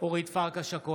(קורא בשמות חברות הכנסת) אורית פרקש הכהן,